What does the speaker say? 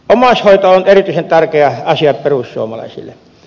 omaishoito on erityisen tärkeä asia perussuomalaisille